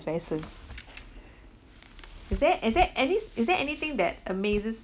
very soon is there is there anys is there anything that amazes